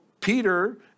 Peter